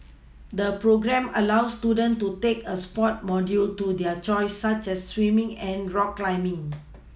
the programme allows students to take a sports module to their choice such as swimming and rock climbing